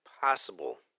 possible